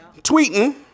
tweeting